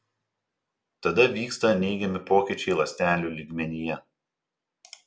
tada vyksta neigiami pokyčiai ląstelių lygmenyje